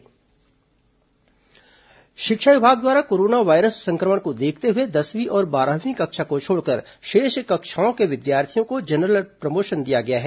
corona प्रयास विद्यालय छूट शिक्षा विभाग द्वारा कोरोना वायरस संक्रमण को देखते हुए दसवीं और बारहवीं कक्षा को छोड़कर शेष कक्षाओं के विद्यार्थियों को जनरल प्रमोशन दिया गया है